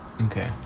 okay